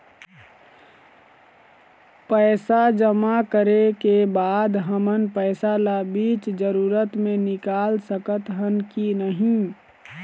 पैसा जमा करे के बाद हमन पैसा ला बीच जरूरत मे निकाल सकत हन की नहीं?